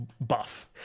buff